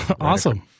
Awesome